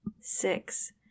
six